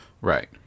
Right